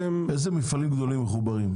אילו מפעלים גדולים מחוברים?